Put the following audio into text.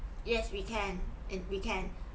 yes we can and we can